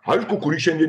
aišku kurį šiandien